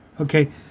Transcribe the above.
okay